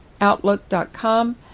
Outlook.com